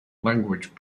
language